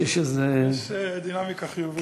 כנראה יש איזה, יש דינמיקה חיובית.